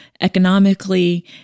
economically